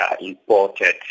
imported